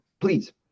Please